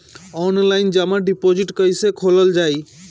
Online जमा deposit कैसे खोलल जाइ?